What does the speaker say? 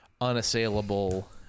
unassailable